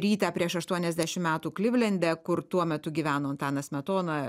rytą prieš aštuoniasdešim metų klivlende kur tuo metu gyveno antanas smetona